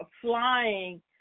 flying